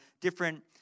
different